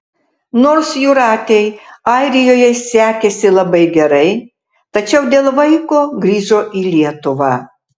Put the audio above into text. nors jūratei airijoje sekėsi labai gerai tačiau dėl vaiko grįžo į lietuvą